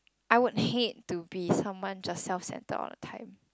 I would hate to be someone just self centred all the time